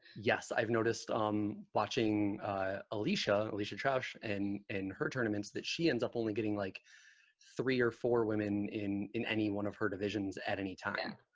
yes, i've noticed um watching alicia, alicia trauscht, and in her tournaments that she ends up only getting like three or four women in in any one of her divisions, at any time.